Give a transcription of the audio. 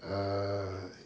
err